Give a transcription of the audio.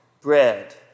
bread